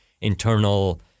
internal